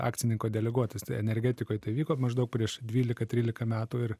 akcininko deleguotas tai energetikoj tai vyko maždaug prieš dvylika trylika metų ir